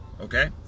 Okay